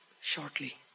shortly